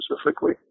specifically